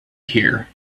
here